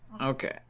Okay